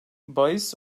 bahis